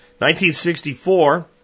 1964